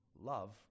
love